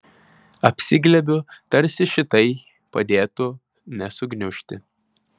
apsiglėbiu tarsi šitai padėtų nesugniužti